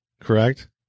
Correct